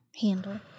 handle